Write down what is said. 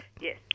Yes